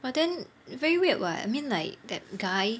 but then very weird what I mean like that guy